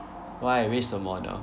why 为什么呢